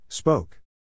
Spoke